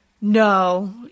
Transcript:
No